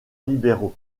libéraux